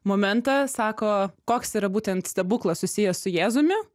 momentą sako koks yra būtent stebuklas susijęs su jėzumi